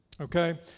okay